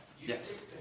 Yes